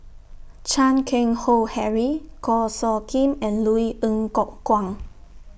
Chan Keng Howe Harry Goh Soo Khim and Louis Ng Kok Kwang